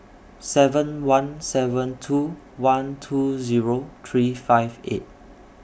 seven one seven two one two three five eight